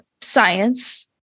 science